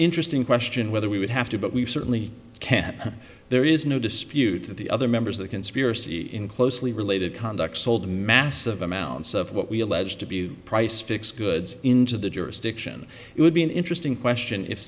interesting question whether we would have to but we certainly can there is no dispute that the other members of the conspiracy in closely related conduct sold massive amounts of what we allege to be price fixed goods into the jurisdiction it would be an interesting question if